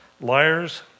liars